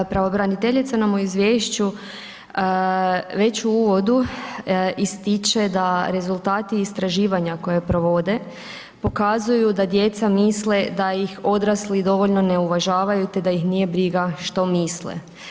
Pravobraniteljica nam u izvješću već u uvodu ističe da rezultati istraživanja koje provode pokazuju da djeca misle da ih odrasli dovoljno ne uvažavaju te da ih nije briga što misle.